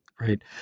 Right